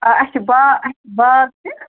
آ اَسہِ چھُ باغ اَسہِ چھُ باغ تہِ